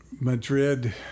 Madrid